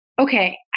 okay